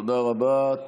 תודה רבה.